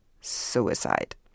suicide